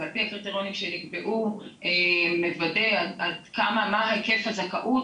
ועל פי הקריטריונים שנקבעו מוודא מה היקף הזכאות.